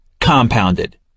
compounded